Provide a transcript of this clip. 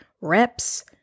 reps